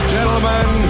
Gentlemen